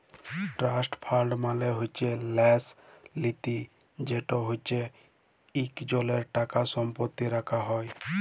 trust fund মালে হছে ল্যাস লিতি যেট হছে ইকজলের টাকা সম্পত্তি রাখা হ্যয়